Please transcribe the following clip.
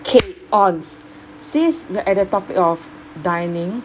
K onz since we're at the topic of dining